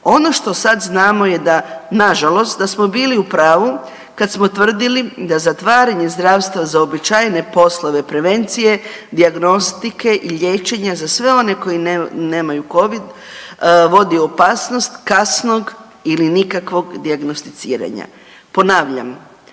Ono što sad znamo je da nažalost da smo bili u pravu kada smo tvrdili da zatvaranje zdravstva za uobičajene poslove prevencije, dijagnostike i liječenja za sve one koji nemaju covid vodi u opasnost kasnog ili nikakvog dijagnosticiranja. Ponavljam,